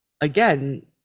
again